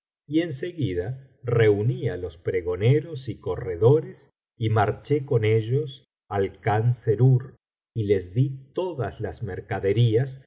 y en seguida reuní á los pregoneros y corredores y marché con ellos al khan serur y les di todas las mercaderías